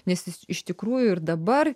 nes jis iš tikrųjų ir dabar